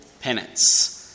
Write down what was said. Penance